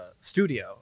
studio